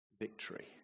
victory